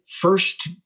first